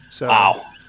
Wow